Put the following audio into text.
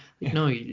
No